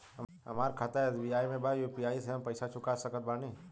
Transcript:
हमारा खाता एस.बी.आई में बा यू.पी.आई से हम पैसा चुका सकत बानी?